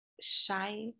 shy